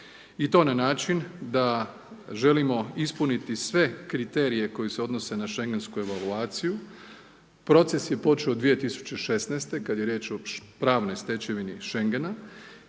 i to na način da želimo ispuniti sve kriterije koji se odnose na Šengensku evaluaciju, proces je počeo 2016. kad je riječ o pravnoj stečevini Šengena